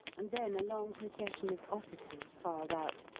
and then a long procession of officers filed out,